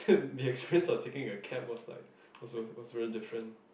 the experience of like taking a cab was like was was was really different